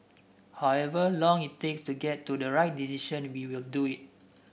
however long it takes to get to the right decision we will do it